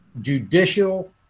judicial